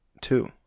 Two